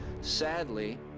sadly